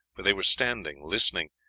for they were standing listening,